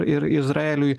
ir izraeliui